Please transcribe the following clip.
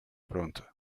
pronto